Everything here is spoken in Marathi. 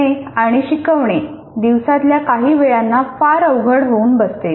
शिकणे आणि शिकवणे दिवसातल्या काही वेळांना फार अवघड होऊन बसते